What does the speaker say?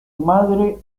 madre